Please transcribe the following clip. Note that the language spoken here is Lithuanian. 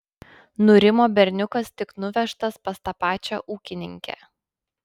nurimo berniukas tik nuvežtas pas tą pačią ūkininkę